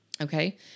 Okay